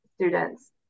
students